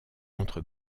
entre